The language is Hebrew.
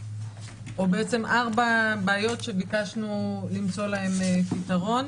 או בעצם ארבע בעיות שביקשנו למצוא להן פתרון.